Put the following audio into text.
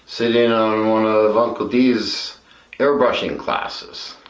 sit in on one ah of uncle dee's airbrushing and classes.